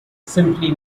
simply